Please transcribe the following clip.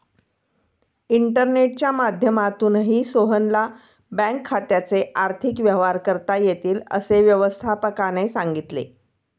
इंटरनेटच्या माध्यमातूनही सोहनला बँक खात्याचे आर्थिक व्यवहार करता येतील, असं व्यवस्थापकाने सांगितले